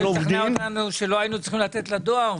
אתה רוצה לשכנע אותנו שלא היינו צריכים לתת לדואר?